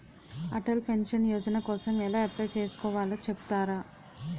Atal pension Yojana కోసం ఎలా apply చేసుకోవాలో చెపుతారా?